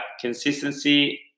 consistency